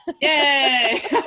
Yay